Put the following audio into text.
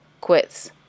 quits